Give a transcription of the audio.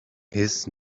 his